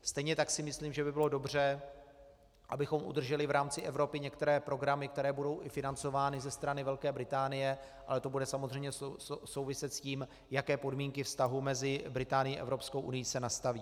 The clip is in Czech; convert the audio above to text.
Stejně tak si myslím, že by bylo dobře, abychom udrželi v rámci Evropy i některé programy, které budou financovány ze strany Velké Británie, ale to bude samozřejmě souviset s tím, jaké podmínky vztahů mezi Británií a Evropskou unií se nastaví.